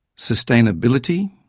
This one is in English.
sustainability,